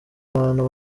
abantu